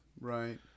right